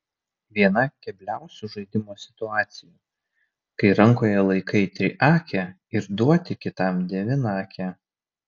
viena kebliausių žaidimo situacijų kai rankoje laikai triakę ir duoti kitam devynakę